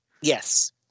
Yes